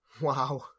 Wow